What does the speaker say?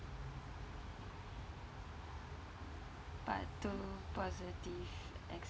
part two positive